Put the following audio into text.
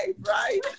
right